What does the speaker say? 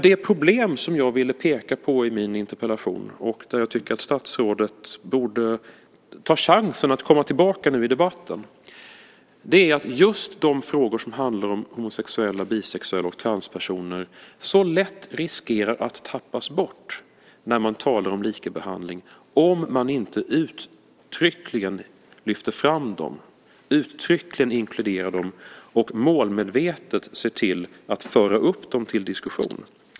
Det problem som jag ville peka på i min interpellation, där jag tycker att statsrådet borde ta chansen att komma tillbaka nu i debatten, är att just de frågor som handlar om homosexuella, bisexuella och transpersoner så lätt riskerar att tappas bort när man talar om likabehandling, om man inte uttryckligen lyfter fram dem, uttryckligen inkluderar dem och målmedvetet ser till att föra upp dem till diskussion.